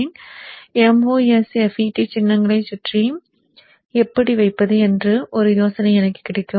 எனவே MOSFET சின்னங்களை சுற்றில் எப்படி வைப்பது என்று ஒரு யோசனை எனக்கு கிடைக்கும்